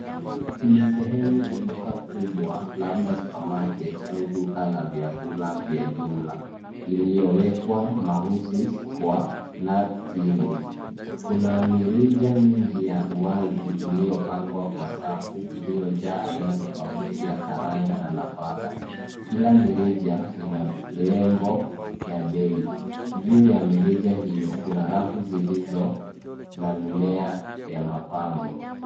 Ni sehemu ya duka kubwa, labda supermarket au duka la vyakula la vya jumla, iliyowekwa mahususi kwa Nut cereals . Kuna mirija mingi ya uwazi iliyopangwa kwa safu, iliyojaa aina tofauti ya karanga na nafaka. Kila mirija ina lebo ya bei, juu ya mirija hiyo, kuna rafu zilizo na mimea ya mapambo.